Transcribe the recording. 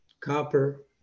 copper